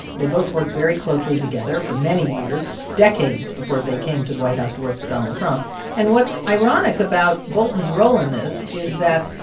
they both worked very closely together for many years, decades before they came to the white house to work for donald trump and what's ironic ironic about bolton's role in this is that,